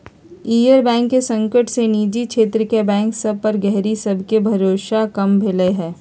इयस bank के संकट से निजी क्षेत्र के बैंक सभ पर गहकी सभके भरोसा कम भेलइ ह